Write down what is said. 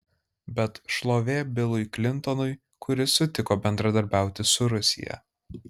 bet šlovė bilui klintonui kuris sutiko bendradarbiauti su rusija